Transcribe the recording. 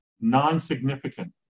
non-significant